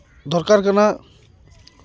ᱫᱚᱨᱠᱟᱨ ᱠᱟᱱᱟ